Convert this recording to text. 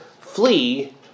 flee